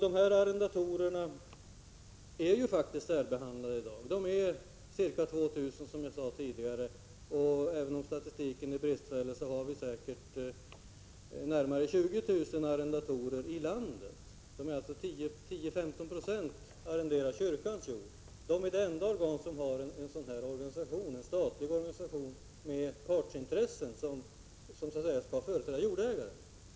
De här arrendatorerna är faktiskt särbehandlade i dag. Det gäller, som jag sade tidigare, ca 2 000 arrendatorer. Även om statistiken är bristfällig, så beräknas vi ha närmare 20 000 arrendatorer i landet. Alltså är det 10-15 96 av arrendatorerna som arrenderar kyrkans jord. Endast här har man ett statligt organ med partsintresse som skall företräda jordägarna.